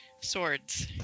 Swords